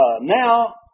now